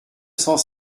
cent